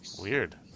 weird